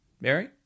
Mary